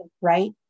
right